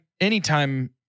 anytime